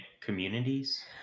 communities